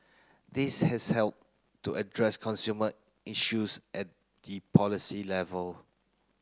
these has helped to address consumer issues at the policy level